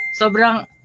Sobrang